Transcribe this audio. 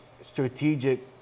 strategic